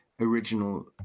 original